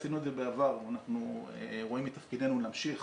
עשינו את זה בעבר ואנחנו רואים את תפקידנו להמשיך,